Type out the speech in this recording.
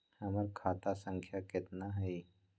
हमर खाता संख्या केतना हई?